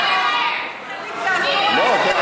לא נכון.